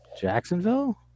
Jacksonville